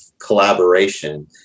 collaboration